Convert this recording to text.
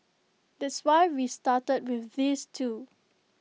that's why we've started with these two